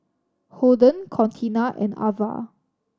Holden Contina and Avah